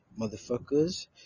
motherfuckers